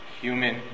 human